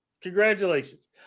Congratulations